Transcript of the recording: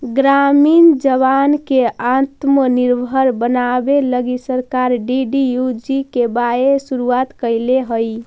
ग्रामीण जवान के आत्मनिर्भर बनावे लगी सरकार डी.डी.यू.जी.के.वाए के शुरुआत कैले हई